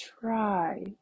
try